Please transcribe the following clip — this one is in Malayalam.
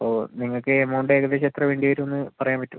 അപ്പോൾ നിങ്ങൾക്ക് എമൗണ്ട് ഏകദേശം എത്ര വേണ്ടി വരുമെന്ന് പറയാൻ പറ്റുമോ